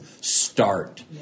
start